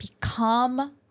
become